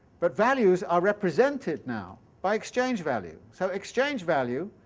but values are represented now by exchange-value, so exchange-value,